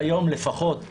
לך זמן לתקן את המקולקל.